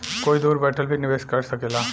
कोई दूर बैठल भी निवेश कर सकेला